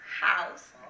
house